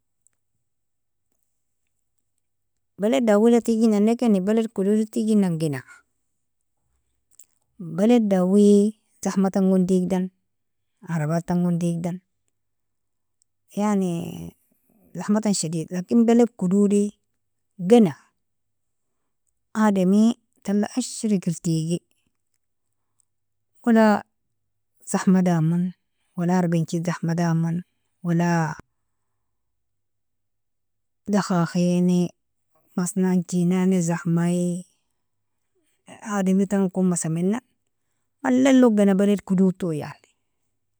Balad daowila tigjinankeni balad kododel tigjinangena, balad daowi zahmatangon digdan arabatangon digdan, yani zahmatanga shadida lakin balad kododri gena adami tala ashriker tigi wala zahma damon wala arbaenji zahma damon wala dakhakheni masnaainji nani zahmai adamirei tangokn masamena, malilog gena balad kododtoi yani.